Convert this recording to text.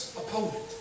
opponent